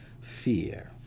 fear